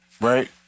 right